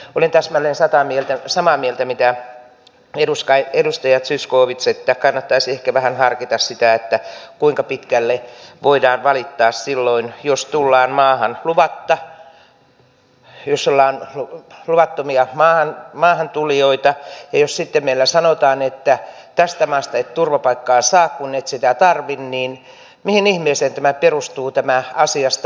olen täsmälleen samaa mieltä mitä edustaja zyskowicz että kannattaisi ehkä vähän harkita sitä kuinka pitkälle voidaan valittaa silloin jos tullaan maahan luvatta jos ollaan luvattomia maahantulijoita ja jos sitten meillä sanotaan että tästä maasta et turvapaikkaa saa kun et sitä tarvitse niin mihin ihmeeseen perustuu tämä asiasta valittaminen